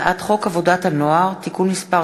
הצעת חוק עבודת הנוער (תיקון מס'